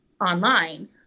online